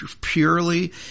purely